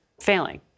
failing